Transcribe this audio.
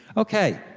okay,